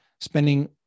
spending